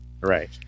right